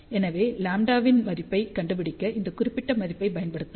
எனவே λ இன் மதிப்பைக் கண்டுபிடிக்க அந்த குறிப்பிட்ட மதிப்பைப் பயன்படுத்தவும்